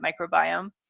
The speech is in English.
microbiome